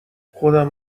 خودم